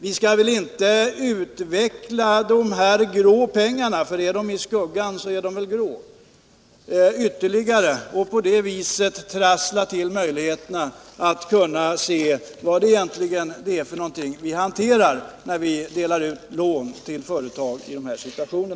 Vi skall väl inte ytterligare utveckla de här grå pengarna — är de i skuggan, så är de väl grå — och på det viset trassla till möjligheterna att se vad det egentligen är som vi hanterar när vi delar ut lån till företag i sådana situationer.